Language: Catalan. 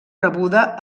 rebuda